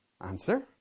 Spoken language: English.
Answer